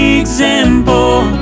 example